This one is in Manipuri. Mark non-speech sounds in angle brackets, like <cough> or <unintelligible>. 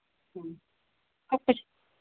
<unintelligible>